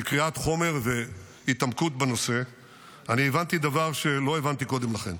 קריאת חומר והתעמקות בנושא אני הבנתי דבר שלא הבנתי קודם לכן.